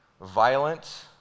Violent